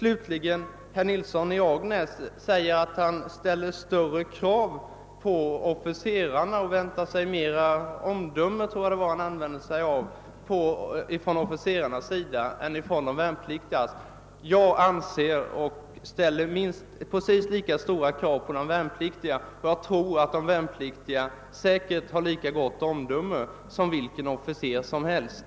Herr Nilsson i Agnäs säger att han ställer större krav på officerarna och att han väntar sig mera av dem än de värnpliktiga. Jag ställer precis lika stora krav på de värnpliktiga, och jag tror att de säkerligen har lika gott omdöme som vilken officer som helst.